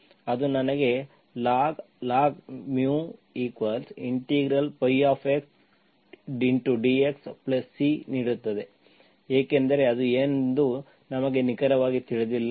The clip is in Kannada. ಅದು ನನಗೆ log log μx dx C ನೀಡುತ್ತದೆ ಏಕೆಂದರೆ ಅದು ಏನೆಂದು ನಮಗೆ ನಿಖರವಾಗಿ ತಿಳಿದಿಲ್ಲ